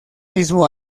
mismo